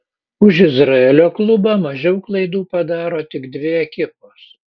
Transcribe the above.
už izraelio klubą mažiau klaidų padaro tik dvi ekipos